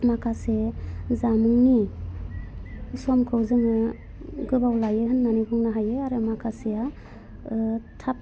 माखासे जामुंनि समखौ जोङो गोबाव लायो होन्नानै बुंनो हायो आरो माखासेया थाब